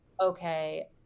okay